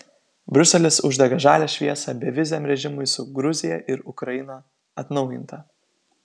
briuselis uždega žalią šviesą beviziam režimui su gruzija ir ukraina atnaujinta